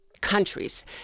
countries